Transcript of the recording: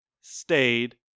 stayed